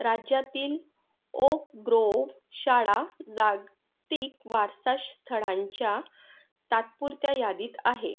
राज्यातील ओकग्रोव्ह शाळा जागतिक वारसा स्थळांच्या तात्पुरत्या यादीत आहे